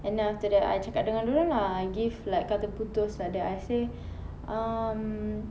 and then after that I cakap dengan dorang lah I give like kata putus like that I say um